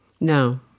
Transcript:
No